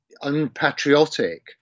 unpatriotic